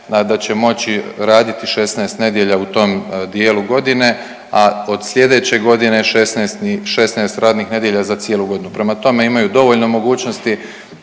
da će moći raditi 16 nedjelja u tom dijelu godine, a od slijedeće godine 16 njih, 16 radnih nedjelja za cijelu godinu. Prema tome imaju dovoljno mogućnosti